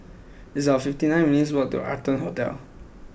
it's about fifty nine minutes' walk to Arton Hote